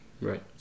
right